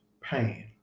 pain